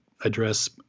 address